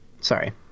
Sorry